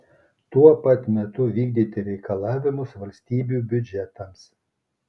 tuo pat metu vykdyti reikalavimus valstybių biudžetams